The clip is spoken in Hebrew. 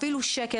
אפילו שקל,